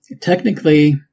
Technically